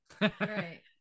Right